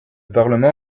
parlement